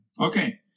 Okay